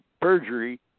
perjury